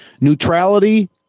neutrality